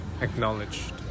acknowledged